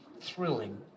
thrilling